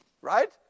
right